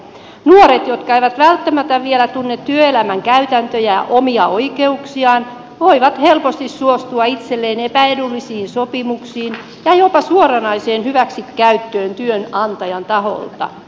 nuoret jotka eivät välttämättä vielä tunne työelämän käytäntöjä omia oikeuksiaan voivat helposti suostua itselleen epäedullisiin sopimuksiin ja jopa suoranaiseen hyväksikäyttöön työnantajan taholta